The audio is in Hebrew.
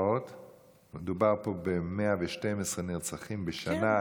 מדובר פה ב-112 נרצחים בשנה.